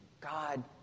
God